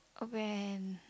when